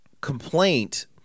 complaint